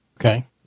Okay